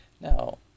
Now